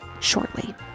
shortly